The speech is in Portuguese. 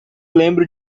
lembro